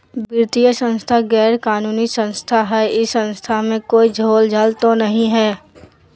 वित्तीय संस्था गैर कानूनी संस्था है इस संस्था में कोई झोलझाल तो नहीं है?